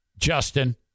Justin